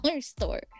store